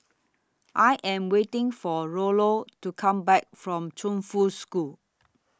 I Am waiting For Rollo to Come Back from Chongfu School